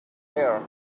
air